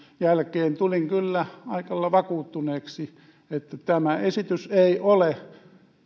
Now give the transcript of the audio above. jälkeen tulin kyllä aika lailla vakuuttuneeksi että tämä esitys ei ole